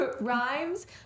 rhymes